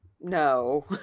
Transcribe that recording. No